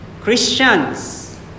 Christians